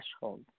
threshold